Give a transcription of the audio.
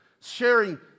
sharing